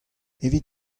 evit